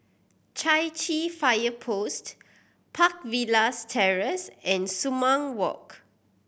Chai Chee Fire Post Park Villas Terrace and Sumang Walk